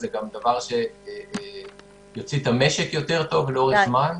זה גם דבר שיוציא את המשק יותר טוב לאורך זמן.